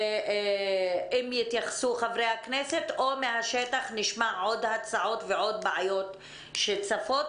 אם יתייחסו חברי הכנסת או שמהשטח נשמע עוד הצעות ועוד בעיות שצפות.